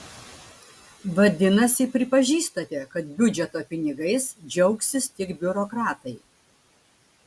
vadinasi pripažįstate kad biudžeto pinigais džiaugsis tik biurokratai